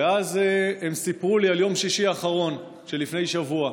אז הם סיפרו לי על יום שישי האחרון, שלפני שבוע.